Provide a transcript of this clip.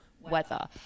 weather